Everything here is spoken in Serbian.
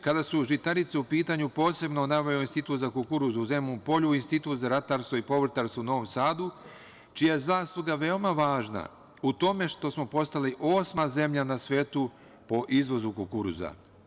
Kada su žitarice u pitanju, ovde bih posebno naveo Institut za kukuruz u Zemun Polju i Institut za ratarstvo i povrtarstvo u Novom Sadu, čija je zasluga veoma važna u tome što smo postali osma zemlja na svetu po izvozu kukuruza.